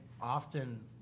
often